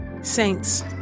Saints